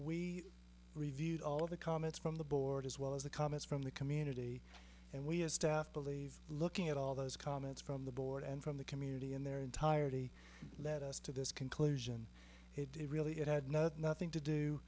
we reviewed all of the comments from the board as well as the comments from the community and we believe looking at all those comments from the board and from the community in their entirety led us to this conclusion it really had nothing to do